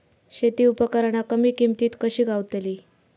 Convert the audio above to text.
शेती उपकरणा कमी किमतीत कशी गावतली?